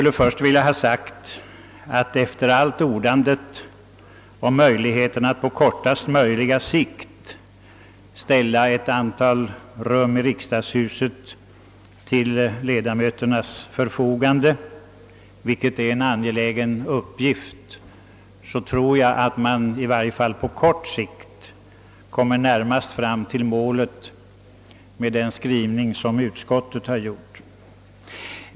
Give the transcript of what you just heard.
Efter allt som anförts om möjligheten av att på kortaste möjliga tid ställa ett antal rum i riksdagshuset till ledamöternas förfogande, vilket är en angelägen uppgift, tror jag att man i varje fall på kort sikt skulle komma snabbast fram till målet med ett bifall till utskottets skrivning.